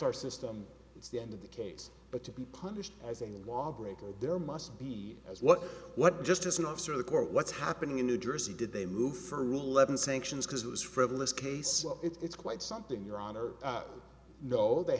our system it's the end of the case but to be punished as a law breaker there must be as what what just as an officer of the court what's happening in new jersey did they move further levon sanctions because it was frivolous case it's quite something your honor no they